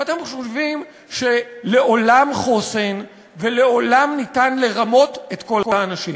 ואתם חושבים שלעולם חוסן ולעולם ניתן לרמות את כל האנשים.